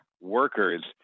workers